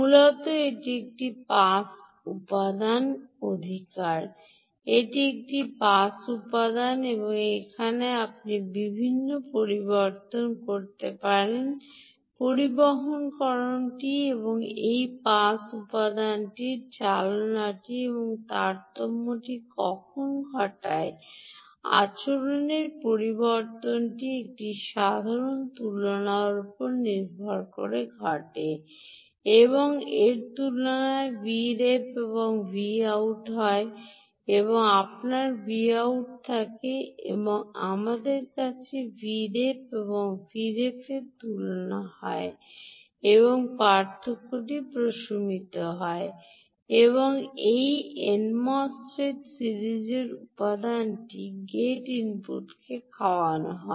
মূলত এটি একটি পাস উপাদান অধিকার এটি একটি পাস উপাদান এবং এখানে আপনি বিভিন্ন পরিবর্তন করছেন পরিবাহীকরণটি আপনি এই পাস উপাদানটির চালনাটি এবং তারতম্যটি কখন ঘটায় আচরণের পরিবর্তনটি একটি সাধারণ তুলনার উপর ভিত্তি করে ঘটে এবং এটি তুলনা Vref এবং Vout মধ্যে হয় আপনার Vout থাকে এবং আমাদের কাছে Vref এবং Vref র তুলনা হয় এবং পার্থক্যটি প্রশমিত করা হয় এবং এই এন এমওএসএফইটি সিরিজের উপাদানটির গেট ইনপুটকে খাওয়ানো হয়